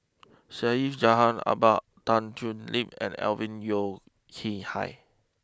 Syed Jaafar Albar Tan Thoon Lip and Alvin Yeo Khirn Hai